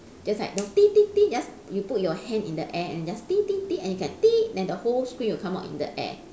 just like you know just you put your hand in the air and just and you can then the whole screen will come up in the air